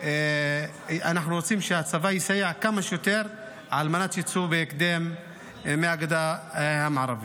אנחנו רוצים שהצבא יסייע כמה שיותר על מנת שיצאו בהקדם מהגדה המערבית.